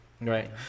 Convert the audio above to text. right